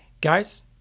guys